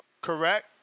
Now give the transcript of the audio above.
correct